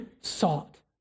sought